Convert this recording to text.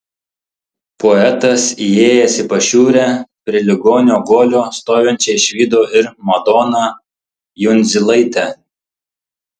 poetas įėjęs į pašiūrę prie ligonio guolio stovinčią išvydo ir madoną jundzilaitę